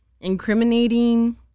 incriminating